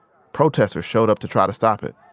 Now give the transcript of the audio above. protesters showed up to try to stop it.